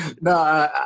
no